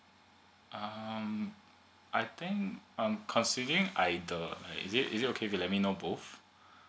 um I think I'm considing either is it is it okay to let me know both